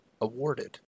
awarded